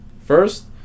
first